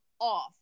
off